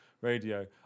radio